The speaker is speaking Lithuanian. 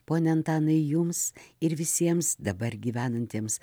pone antanai jums ir visiems dabar gyvenantiems